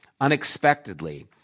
Unexpectedly